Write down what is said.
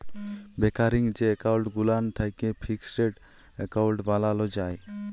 recurring যে account গুলান থ্যাকে ফিকসেড এক্কাউল্ট বালালো যায়